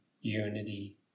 unity